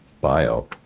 bio